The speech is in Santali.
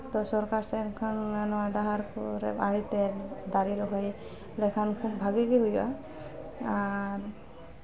ᱥᱚᱨᱠᱟᱨ ᱥᱮᱱ ᱠᱷᱚᱱ ᱱᱚᱣᱟ ᱰᱟᱦᱟᱨ ᱠᱚ ᱟᱲᱮᱛᱮ ᱫᱟᱨᱮ ᱨᱚᱦᱚᱭ ᱞᱮᱠᱷᱟᱱ ᱠᱷᱩᱵ ᱵᱷᱟᱜᱮ ᱜᱮ ᱦᱩᱭᱩᱜᱼᱟ ᱦᱩᱭᱩᱜᱼᱟ ᱟᱨ